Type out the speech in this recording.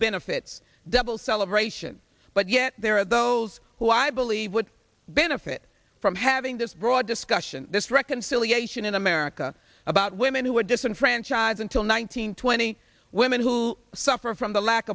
benefits double celebration but yet there are those who i believe would benefit from having this broad discussion this reconciliation in america about women who are disenfranchised until nine hundred twenty women who suffer from the lack